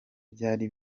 byari